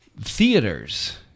theaters